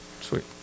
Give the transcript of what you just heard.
sweet